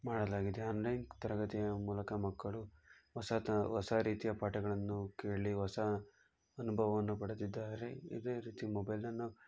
ಮಾಡಲಾಗಿದೆ ಆನ್ಲೈನ್ ತರಗತಿಯ ಮೂಲಕ ಮಕ್ಕಳು ಹೊಸ ತ ಹೊಸ ರೀತಿಯ ಪಾಠಗಳನ್ನು ಕೇಳಿ ಹೊಸ ಅನುಭವವನ್ನು ಪಡೆದಿದ್ದಾರೆ ಇದೇ ರೀತಿ ಮೊಬೈಲನ್ನು